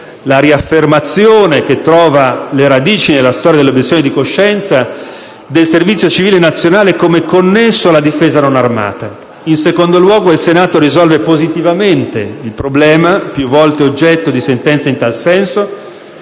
la riaffermazione, che trova le radici nella storia dell'obiezione di coscienza, del servizio civile nazionale come connesso alla difesa non armata. In secondo luogo, il Senato risolve positivamente il problema, più volte oggetto di sentenze in tal senso,